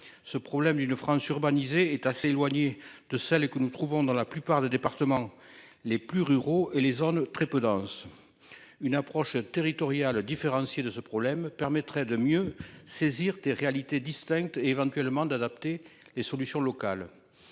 Ce problème d'une France urbanisée est assez éloignée de celle que nous trouvons dans la plupart des départements les plus ruraux et les zones très peu denses. Une approche territoriale différencier de ce problème permettrait de mieux saisir des réalités distinctes éventuellement d'adapter les solutions locales.